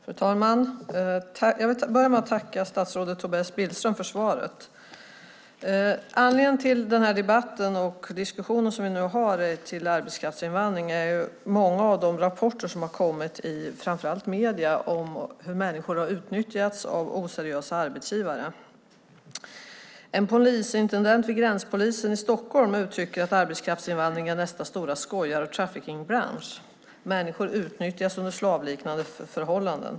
Fru talman! Jag vill börja med att tacka statsrådet Tobias Billström för svaret. Anledningen till den debatt och diskussion om arbetskraftsinvandring som vi nu har är många av de rapporter som har kommit framför allt i medierna om hur människor har utnyttjats av oseriösa arbetsgivare. En polisintendent vid gränspolisen i Stockholm uttrycker att arbetskraftsinvandring är nästa stora skojar och traffickingbransch - människor utnyttjas under slavliknande förhållanden.